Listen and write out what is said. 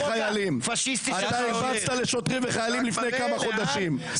--- פשיסטי --- אתה הרבצת לשוטרים וחיילים לפני כמה חודשים.